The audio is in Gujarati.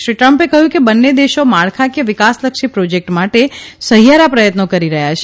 શ્રી ટ્રંપે કહ્યું કે બંને દેશો માળખાંકિય વિકાસલક્ષી પ્રોજેકટ માટે સહિયારા પ્રયત્નો કરી રહ્યા છે